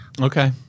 Okay